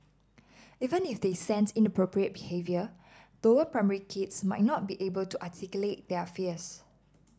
even if they sense inappropriate behaviour lower primary kids might not be able to articulate their fears